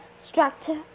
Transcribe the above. Structure